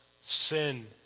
sin